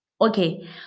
Okay